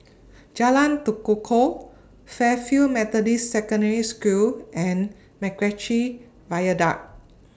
Jalan Tekukor Fairfield Methodist Secondary School and Macritchie Viaduct